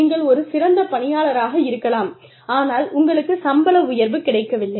நீங்கள் ஒரு சிறந்த பணியாளராக இருக்கலாம் ஆனால் உங்களுக்குச் சம்பள உயர்வு கிடைக்கவில்லை